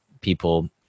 people